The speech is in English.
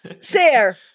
share